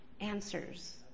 answers